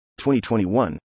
2021